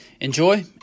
enjoy